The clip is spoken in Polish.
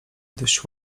dość